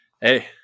hey